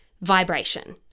vibration